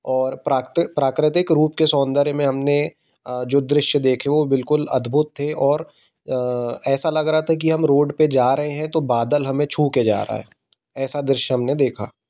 और प्राकृतिक रूप के सौंदर्य में हमने जो दृश्य देखे वो बिल्कुल अद्भुत थे और ऐसा लग रहा था कि हम रोड पे जा रहे हैं तो बादल हमें छूके जा रहा है ऐसा दृश्य हमने देखा